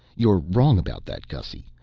you're wrong about that, gussy.